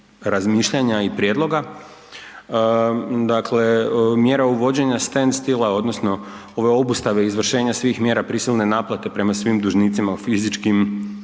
razmišljanja i prijedloga. Dakle mjera uvođenja stend stila odnosno ove obustave izvršenja svih mjera prisilne naplate prema svim dužnicima u fizičkim